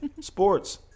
Sports